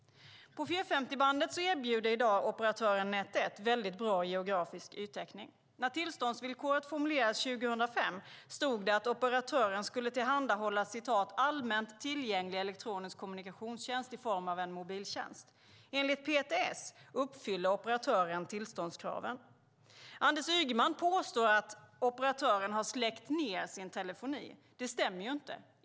På 450-bandet erbjuder operatören Net 1 i dag mycket bra geografisk yttäckning. När tillståndsvillkoret formulerades 2005 stod det att operatören skulle tillhandahålla "allmänt tillgänglig elektronisk kommunikationstjänst i form av mobil telefonitjänst". Enligt PTS uppfyller operatören tillståndskraven. Anders Ygeman påstår att operatören har släckt ned sin telefoni. Det stämmer inte.